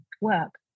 work